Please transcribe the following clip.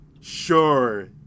Sure